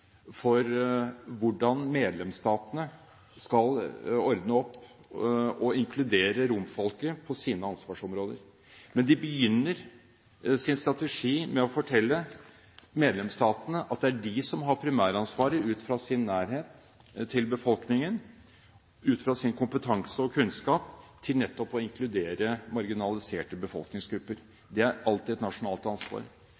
med å fortelle medlemsstatene at det er de som har primæransvaret, ut fra sin nærhet til befolkningen og ut fra sin kompetanse og kunnskap, for nettopp å inkludere marginaliserte